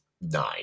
nine